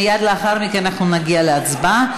לאחר מכן נעבור להצבעה.